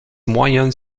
moyennes